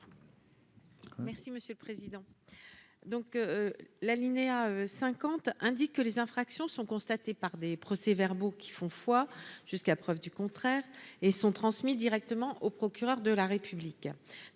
monsieur le président, donc l'alinéa cinquante indique que les infractions sont constatées par des procès-verbaux qui font foi jusqu'à preuve du contraire et sont transmis directement au procureur de la République,